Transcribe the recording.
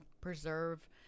preserve